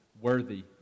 worthy